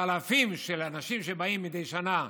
והאלפים של האנשים שבאים לשם מדי שנה,